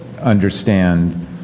understand